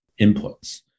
inputs